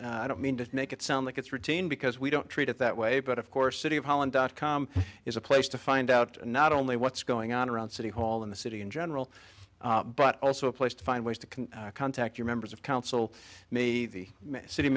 is i don't mean to make it sound like it's routine because we don't treat it that way but of course city of holland dot com is a place to find out not only what's going on around city hall in the city in general but also a place to find ways to contact your members of council me the city